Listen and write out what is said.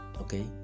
okay